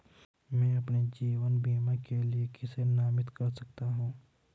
मैं अपने जीवन बीमा के लिए किसे नामित कर सकता हूं?